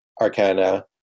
Arcana